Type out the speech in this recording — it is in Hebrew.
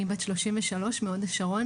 אני בת 33 מהוד השרון,